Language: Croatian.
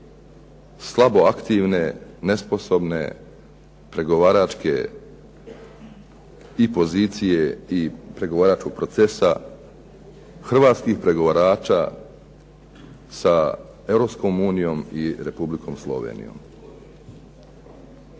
slabo aktivne, nesposobne pregovaračke i pozicije i pregovaračkog procesa, hrvatskih pregovarača sa Europskom unijom i Republikom Slovenijom.